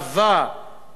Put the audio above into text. הלבנת פנים,